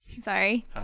Sorry